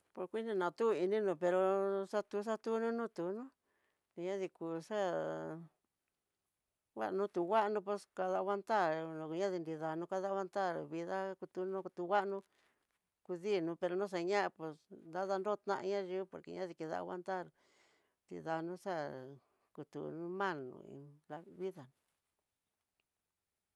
Poritina tuí iin nino pero, xatu xatunono tunó, diani ku xa'a kauno tu nguano pus kadanguantar, nokeye nidanró, kanro nguantar vida kutuno kutunguano, kudiinró pero no xe ñaa'a pus nadanrotaña yu'ú por que ña ditida nguantar, nridanro xa'a kutu ma'a nró inka vidana.